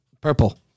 Purple